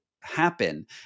happen